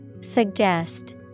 Suggest